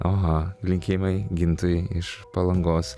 aha linkėjimai gintui iš palangos